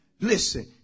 listen